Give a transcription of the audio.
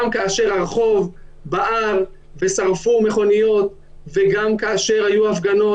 גם כאשר הרחוב בער ושרפו מכוניות וגם כאשר היו הפגנות,